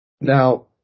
Now